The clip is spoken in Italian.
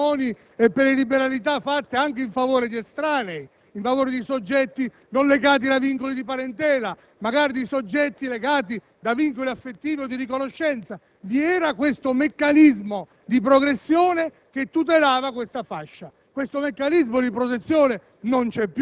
comunque si lasciava un minimo di esenzione per i piccoli patrimoni e per le liberalità fatte anche in favore di estranei, di soggetti non legati da vincoli di parentela, magari di soggetti legati da vincoli affettivi o di riconoscenza. Vi era questo meccanismo